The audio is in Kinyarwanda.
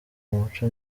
muco